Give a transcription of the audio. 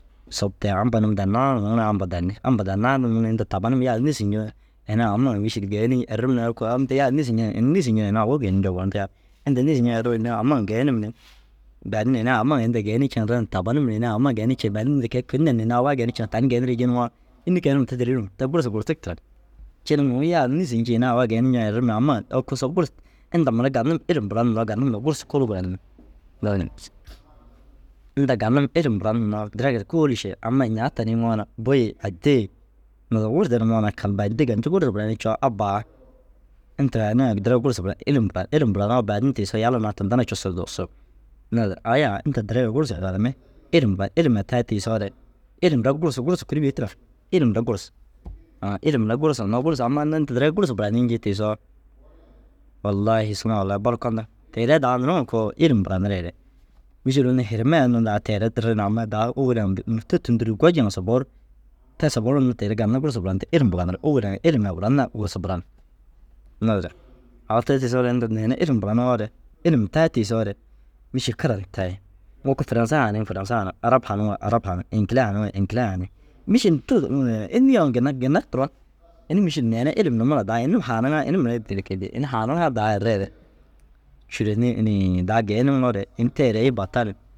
Sop te ampa num dannaa nuŋu na ampa danni. Ampa dannaa num ni inta tabanum yaa ru nîsi ñoo ini amai mîšil geenii erim ni koo yaa ru nîsi ñiŋa ini nîsi ñiŋa ru ini au- u geenii ñoo boru ntigaa. Inta nîsi ñoo eru ini ama ŋa geenum ni baadin ini ama ŋa inda geenii ciŋa ran tabanim ni ini ama geenii cii baadin niri koi kuri neni ini au ai geenii ciŋa tani geenirii jii nuŋoo înni kee num te bêlil numa? Te gursu gurtig tira. Ciina nuŋu yegaa nîsi ncii ina au ai geenii nciŋa erim ni ama oko sop gursa inda mire ganum ilim buran hinno ganum na gursu kôoli buranimmi. Inda ganum ilum buran hinno direegi ru kôoli še amai ñaa tani yiŋoo na bu- i addi i wo wurde numa yoo na kal baadi ganci gursa burayinii coo abba aa inta ini ai duro gursu bura ilim bura ilim buran au baadin tiisoo yala naa tinda na cusu ru duusug. Naazire ayaa aa inda direegi ru gursa buranimmi ilim buran ilima tayi tiisoore ilim re gursu gursu kuri bêi tira. Ilim de gurs, aa ilim mire gursu hinnoo gursa amai unnu inda dereeg gursu buranii njii tiisoo wallahi suma wallahi bolkondiŋ. Teere i dau nuruu ŋa koo ilim buranireere mîšil unnu hirime ai unnu lau teere di ri ni amai daa ôwel ŋa du mûto tûlti ru goji ŋa soboo ru, te soboo ru unnu teere ganir gursa buranirdi. Ilim buranirig ôwel ai ilim ai buran na gursa buran. Naazire au te tiisoore inda neere ilim buraniŋoore ilim tayi tiisoore mîšil kira ni tayi. Nuku furaase haaniŋ furanse hana arab haaniŋo arab haaniŋ, iŋkile haaniŋo iŋkile haaniŋ. Mîšil tuzu înni yoo na ginna ginna turowa ini mîšil neere ilim numa raa daa ini num haaniŋaa ini mire dêri kee de ini haaniŋaa daa ereere cûro ni inii daa geeniŋoore ini teere i batan